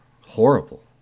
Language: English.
horrible